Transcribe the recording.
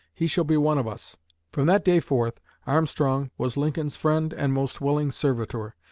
he shall be one of us from that day forth armstrong was lincoln's friend and most willing servitor.